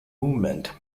movement